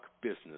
business